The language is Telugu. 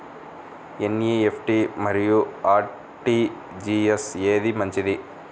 ఎన్.ఈ.ఎఫ్.టీ మరియు అర్.టీ.జీ.ఎస్ ఏది మంచిది?